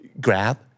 grab